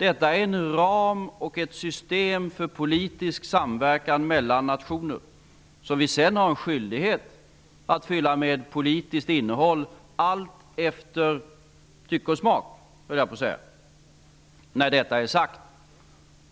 Detta är en ram och ett system för politisk samverkan mellan nationer som vi sedan har en skyldighet att fylla med politiskt innehåll allt efter tycke och smak, höll jag på att säga. När detta är sagt